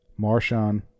Marshawn